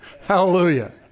Hallelujah